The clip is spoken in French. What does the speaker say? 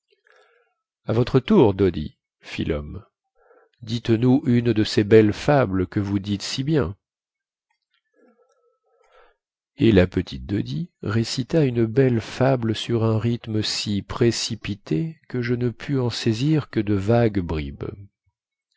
à votre tour doddy fit lhomme dites-nous une de ces belles fables que vous dites si bien et la petite doddy récita une belle fable sur un rythme si précipité que je ne pus en saisir que de vagues bribes